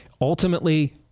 Ultimately